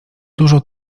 dużo